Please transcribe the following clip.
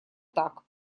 так